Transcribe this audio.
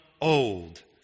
old